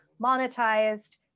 monetized